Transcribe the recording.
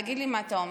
תגיד לי מה אתה אומר: